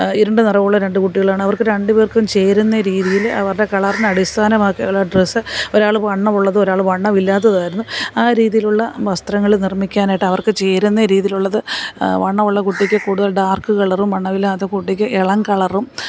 ഇരുണ്ട നിറമുള്ള രണ്ട് കുട്ടികളാണവർക്ക് രണ്ട് പേർക്കും ചേരുന്ന രീതിയിൽ അവരുടെ കളറിന് അടിസ്ഥാനമാക്കിയുള്ള ഡ്രസ്സ് ഒരാൾ വണ്ണമുള്ളതും ഒരാൾ വണ്ണമില്ലാത്തതുമായിരുന്നു ആ രീതിയിലുള്ള വസ്ത്രങ്ങൾ നിർമ്മിക്കാനായിട്ട് അവർക്ക് ചേരുന്ന രീതിയിലുള്ളത് വണ്ണമുള്ള കുട്ടിക്ക് കൂടുതൽ ഡാർക്ക് കളറും വണ്ണമില്ലാത്ത കുട്ടിക്ക് ഇളം കളറും